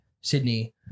sydney